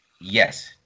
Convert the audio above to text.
Yes